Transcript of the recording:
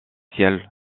ciel